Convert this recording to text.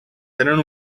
tenen